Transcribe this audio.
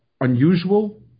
unusual